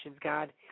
God